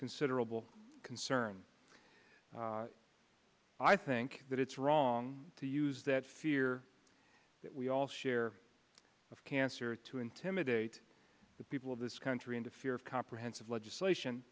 considerable concern i think that it's wrong to use that fear that we all share of cancer to intimidate the people of this country into fear of comprehensive legislation